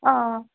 ஆ ஆ